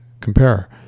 compare